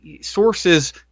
sources